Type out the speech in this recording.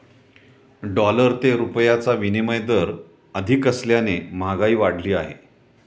dollar ते रुपयाचा विनिमय दर अधिक असल्याने महागाई वाढली आहे